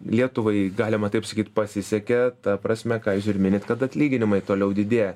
lietuvai galima taip sakyt pasisekė ta prasme ką jūs minit kad atlyginimai toliau didėja